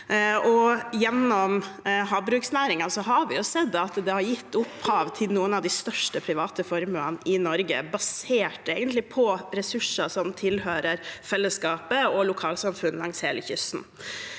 har vi sett at den har gitt opphav til noen av de største private formuene i Norge, egentlig basert på ressurser som tilhører fellesskapet og lokalsamfunn langs hele kysten.